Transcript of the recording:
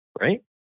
Right